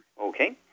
Okay